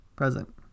present